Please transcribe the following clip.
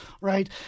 right